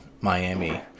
miami